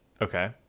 Okay